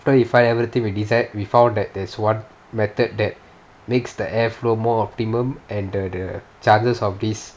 so we find everything we decide we found that there's one method that makes the air flow more optimum and the the chances of these